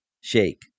shake